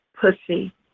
pussy